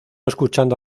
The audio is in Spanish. escuchando